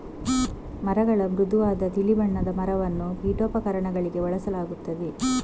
ಮರಗಳ ಮೃದುವಾದ ತಿಳಿ ಬಣ್ಣದ ಮರವನ್ನು ಪೀಠೋಪಕರಣಗಳಿಗೆ ಬಳಸಲಾಗುತ್ತದೆ